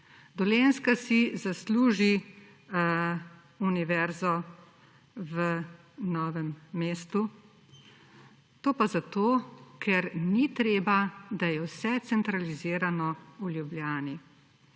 Dolenjska si zasluži univerzo v Novem mestu. To pa zato, ker ni treba, da je vse centralizirano v Ljubljani.